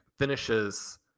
finishes